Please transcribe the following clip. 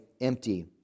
empty